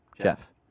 Jeff